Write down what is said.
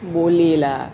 boleh lah